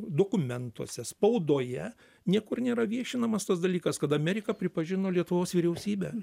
dokumentuose spaudoje niekur nėra viešinamas tas dalykas kad amerika pripažino lietuvos vyriausybę